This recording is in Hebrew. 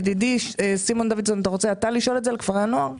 ידידי סימון דוידסון אתה רוצה לשאול את זה על כפרי הנוער?